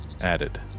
added